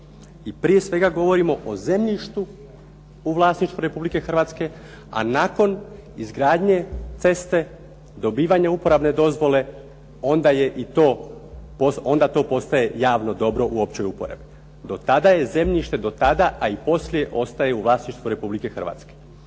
prije svega govorimo o zemljištu u vlasništvu RH, a nakon izgradnje ceste dobivanja uporabne dozvole, onda to postaje javno dobro u općoj uporabi. Do tada je zemljište a i poslije ostaje u vlasništvu RH.